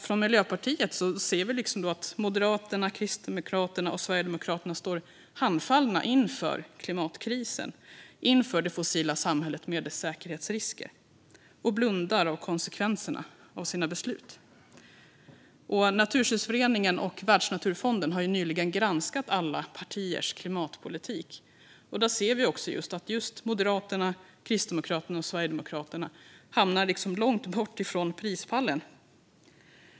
Från Miljöpartiets sida ser vi att Moderaterna, Kristdemokraterna och Sverigedemokraterna står handfallna inför klimatkrisen och det fossila samhällets säkerhetsrisker och blundar för konsekvenserna av sina beslut. Naturskyddsföreningen och Världsnaturfonden har nyligen granskat alla partiers klimatpolitik. Där ser vi att just Moderaterna, Kristdemokraterna och Sverigedemokraterna hamnar långt från prispallen.